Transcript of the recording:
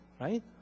right